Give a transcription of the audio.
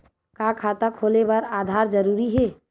का खाता खोले बर आधार जरूरी हे?